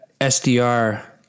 SDR